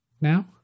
now